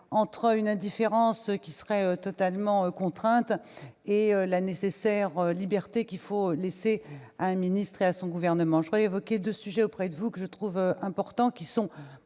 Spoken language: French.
entre une indifférence qui serait totalement contrainte et la nécessaire liberté qu'il faut laisser à un ministre et à son gouvernement. Je veux évoquer devant vous deux sujets que je trouve importants, les modes